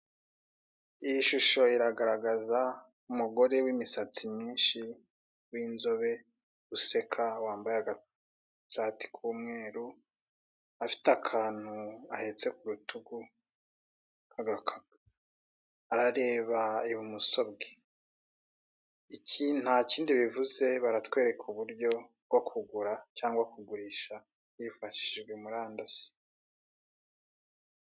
Iyi shusho iragaragaza umugore w'imisatsi myinshi, w'inzobe useka wambaye agashati k'umweru, afite akantu ahetse ku rutugu k'agakapu. Arareba i bumoso bwe, iki ntakindi bivuze baratwereka uburyo bwo kugura cyangwa kugirisha wifashishije murandasi.